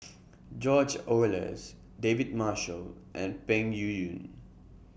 George Oehlers David Marshall and Peng Yuyun